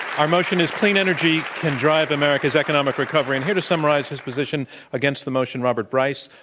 our motion is clean energy can drive america's economic recovery. and here to summarize his position against the motion, robert bryce,